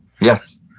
Yes